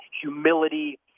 humility